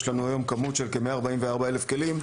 יש לנו היום כמות של כ-144 אלף כלים,